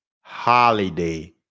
holiday